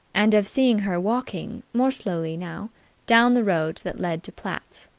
and of seeing her walking more slowly now down the road that led to platt's.